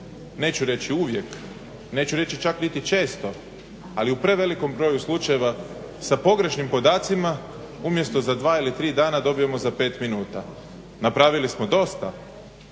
neću reći uvijek, neću reći čak niti često ali u prevelikom broju slučajeva sa pogrešnim podacima umjesto za dva ili tri dana dobijemo za 5 minuta. Napravili smo dosta,